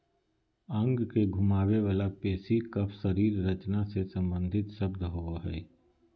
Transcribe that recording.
अंग के घुमावे वला पेशी कफ शरीर रचना से सम्बंधित शब्द होबो हइ